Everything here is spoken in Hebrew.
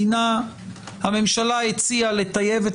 הממשלה הציעה לטייב את